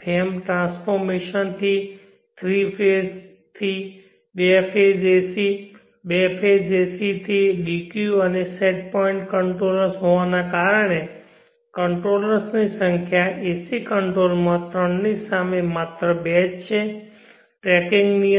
frame transformations three phase થી બે phase AC બે ફેઝ AC થી dq અને સેટ પોઇન્ટ કંટ્રોલર્સ હોવાને કારણે કંટ્રોલર્સ ની સંખ્યા AC કંટ્રોલમાં ત્રણની સામે માત્ર બે જ છે ટ્રેકિંગ નિયંત્રણ